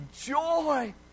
joy